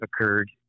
occurred